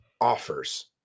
offers